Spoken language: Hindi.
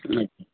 अच्छा